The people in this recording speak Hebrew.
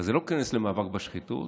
אבל זה לא כנס למאבק בשחיתות,